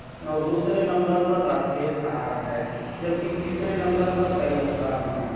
اور دوسرے نمبر پر راشٹریہ سہارا ہے جبکہ تیسرے نمبر پر کئی اخبار ہیں